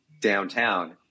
downtown